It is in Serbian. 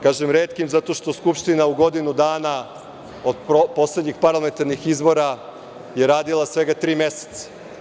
Kažem – retkih, zato što je Skupština u godinu dana od poslednjih parlamentarnih izbora radila svega tri meseca.